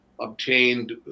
obtained